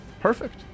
perfect